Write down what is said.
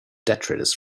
detritus